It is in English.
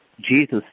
Jesus